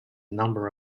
number